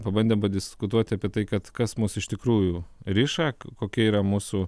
pabandėm padiskutuoti apie tai kad kas mus iš tikrųjų riša kokia yra mūsų